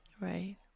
right